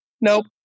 Nope